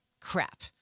crap